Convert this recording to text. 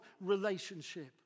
relationship